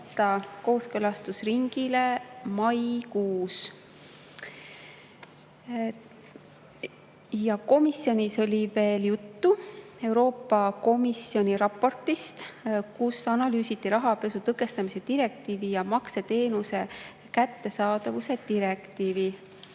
kooskõlastusringile. Komisjonis oli veel juttu Euroopa Komisjoni raportist, kus analüüsiti rahapesu tõkestamise direktiivi ja makseteenuse kättesaadavuse direktiivi.